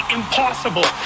impossible